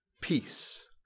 peace